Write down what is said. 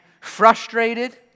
frustrated